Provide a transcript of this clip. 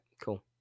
cool